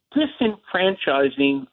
disenfranchising